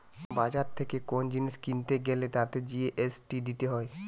বাজার থেকে কোন জিনিস কিনতে গ্যালে তাতে জি.এস.টি দিতে হয়